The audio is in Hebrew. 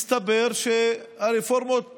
מסתבר שהרפורמות